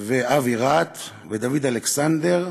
ואבי רט, ודוד אלכסנדר,